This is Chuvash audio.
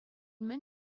мӗн